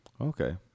Okay